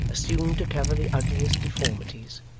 assumed to cover the ugliest deformities,